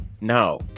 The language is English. No